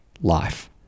life